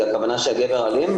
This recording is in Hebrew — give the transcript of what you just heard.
זה הכוונה שהגבר אלים?